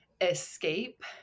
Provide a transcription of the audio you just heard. escape